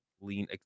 lean